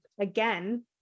again